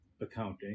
accounting